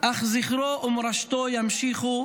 אך זכרו ומורשתו ימשיכו